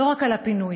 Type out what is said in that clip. לא רק על הפינוי